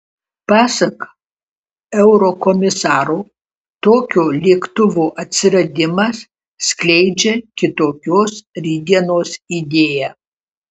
pasak eurokomisaro tokio lėktuvo atsiradimas skleidžia kitokios rytdienos idėją